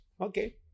Okay